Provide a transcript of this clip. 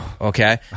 okay